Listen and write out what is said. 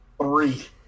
three